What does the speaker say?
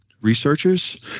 researchers